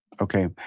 Okay